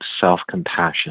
self-compassion